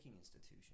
institution